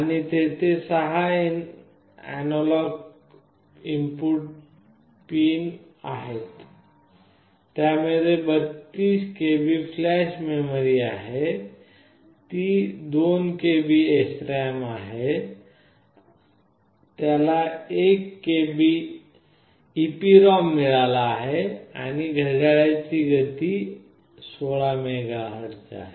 आणि तेथे 6 analogue input pin आहेत त्यामध्ये 32KB फ्लॅश मेमरी आहे ती 2KB SRAM आहे त्याला 1 KB EEPROM मिळाला आहे आणि घड्याळाची गती 16 MHz आहे